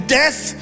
death